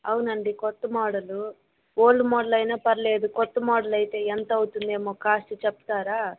అవునండీ కొత్త model old model అయిన పర్లేదు కొత్త మోడల్ అయితే ఎంత అవుతుంది ఏమో కాస్ట్ చెప్తారా